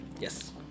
Yes